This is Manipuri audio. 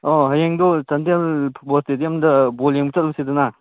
ꯑꯣ ꯍꯌꯦꯡꯗꯨ ꯆꯥꯟꯗꯦꯜ ꯐꯨꯠꯕꯣꯜ ꯏꯁꯇꯦꯗꯤꯌꯝꯗ ꯕꯣꯜ ꯌꯦꯡꯕ ꯆꯠꯂꯨꯁꯤꯗꯅ